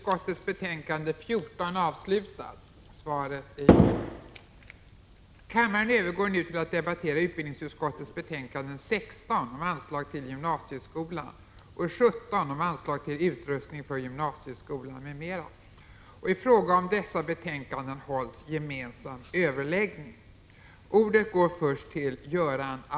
Kammaren övergår nu till att debattera finansutskottets betänkande 18 om verkställd granskning av riksgäldskontorets förvaltning under budgetåret 1984/85.